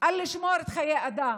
לשמור על חיי אדם,